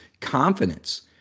confidence